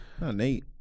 Nate